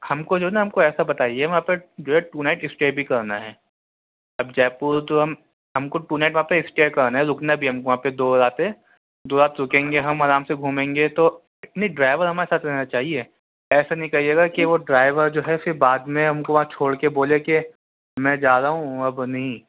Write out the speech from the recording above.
ہم کو جو ہے نا ہم کو ایسا بتائیے وہاں پہ جو ہے ٹو نائٹ اسٹے بھی کرنا ہے اب جےپور تو ہم ہم کو ٹو نائٹ وہاں پہ اسٹے کرنا ہے رکنا بھی ہے ہم کو وہاں پہ دو راتیں دو رات رکیں گے ہم آرام سے گھومیں گے تو نہیں ڈرائیور ہمارے ساتھ رہنا چاہیے ایسا نہیں کریے گا کہ وہ ڈرائیور جو ہے پھر بعد میں ہم کو وہاں چھوڑ کے بولے کہ میں جا رہا ہوں اب نہیں